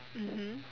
mmhmm